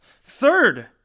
third